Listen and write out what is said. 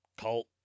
cult